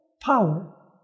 power